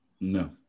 No